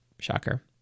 shocker